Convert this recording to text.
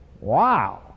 Wow